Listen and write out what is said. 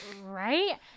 Right